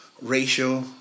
Ratio